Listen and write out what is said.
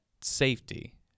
safety